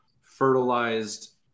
fertilized